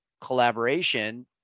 collaboration